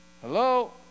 Hello